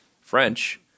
French